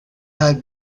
had